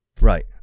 right